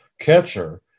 catcher